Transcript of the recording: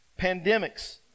Pandemics